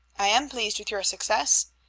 i am pleased with your success.